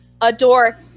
Adore